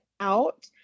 out